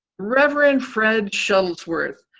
reverend fred shuttlesworth,